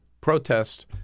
protest